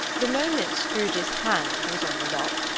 the moment scrooge's hand was on the lock,